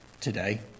today